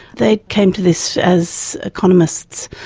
they came to this as economists,